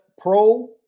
pro